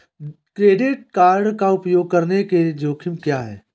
Credit card का उपयोग करने के जोखिम क्या हैं?